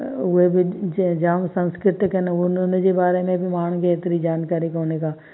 उहे बि ज जाम संस्कृतिक आहिनि उन उन जे बारे में बि माण्हुनि खे एतिरी जानकारी कोन्हे का